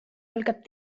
algab